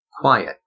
quiet